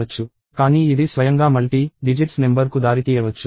కానీ ఇది స్వయంగా మల్టీ డిజిట్స్ నెంబర్ కు దారితీయవచ్చు